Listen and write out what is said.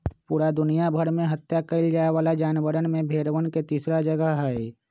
पूरा दुनिया भर में हत्या कइल जाये वाला जानवर में भेंड़वन के तीसरा जगह हई